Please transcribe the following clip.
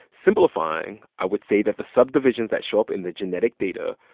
simplifying, i would say that the subdivisions that show up in the genetic data,